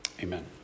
amen